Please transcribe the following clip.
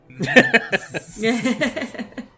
Yes